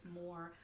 more